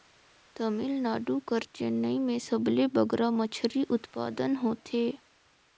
तमिलनाडु कर चेन्नई में सबले बगरा मछरी उत्पादन होथे